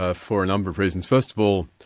ah for a number of reasons. first of all,